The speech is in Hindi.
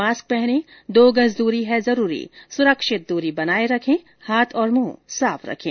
मास्क पहनें दो गज दूरी है जरूरी सुरक्षित दूरी बनाये रखें हाथ और मुंह साफ रखें